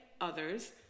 others